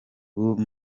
ubu